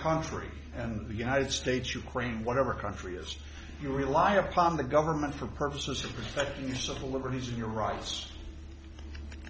contrary and the united states ukraine whatever country as you rely upon the government for purposes of respecting your civil liberties your rights